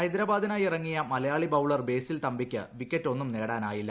ഹൈദരാബാദിനായി ഇറങ്ങിയ മലയാളി ബൌളർ ബേസിൽ തമ്പിക്ക് വിക്കറ്റൊന്നും നേടിയില്ല